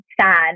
sad